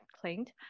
cleaned